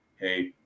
Hey